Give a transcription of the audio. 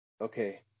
okay